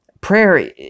Prayer